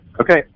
Okay